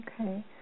Okay